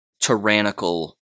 tyrannical